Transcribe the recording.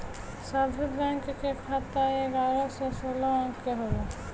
सभे बैंक के खाता एगारह से सोलह अंक के होला